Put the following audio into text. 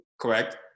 correct